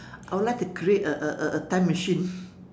I would like to create a a a a time machine